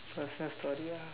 personal story lah